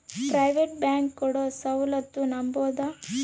Private bank ಕೊಡೊ ಸೌಲತ್ತು ನಂಬಬೋದ?